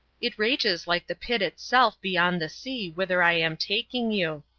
it rages like the pit itself beyond the sea whither i am taking you,